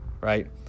right